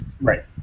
Right